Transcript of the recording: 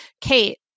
Kate